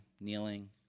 kneeling